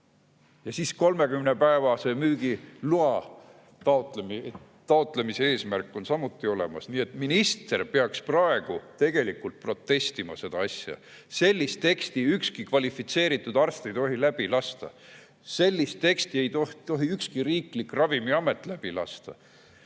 ja 30‑päevase müügiloa taotlemise eesmärk on samuti olemas. Nii et minister peaks praegu tegelikult protestima selle asja. Sellist teksti ei tohi ükski kvalifitseeritud arst läbi lasta. Sellist teksti ei tohi ükski riiklik ravimiamet läbi lasta.